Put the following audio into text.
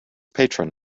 patron